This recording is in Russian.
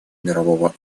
мирного